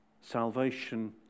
Salvation